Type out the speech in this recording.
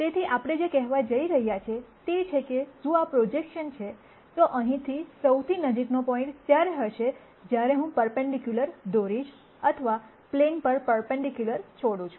તેથી આપણે જે કહેવા જઈ રહ્યા છીએ તે છે કે જો આ પ્રોજેક્શન છે તો અહીંથી સૌથી નજીકનો પોઇન્ટ ત્યારે હશે જ્યારે હું પર્પન્ડિક્યુલર દોરીશ અથવા પ્લેન પર પર્પન્ડિક્યુલર છોડું છું